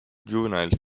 juvenile